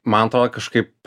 man atrodo kažkaip